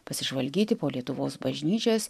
pasižvalgyti po lietuvos bažnyčias